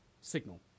signal